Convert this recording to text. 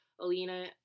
Alina